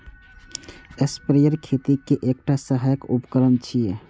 sprayer खेती के एकटा सहायक उपकरण छियै